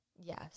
yes